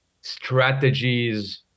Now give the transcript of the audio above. strategies